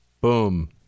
Boom